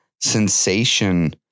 sensation